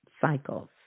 cycles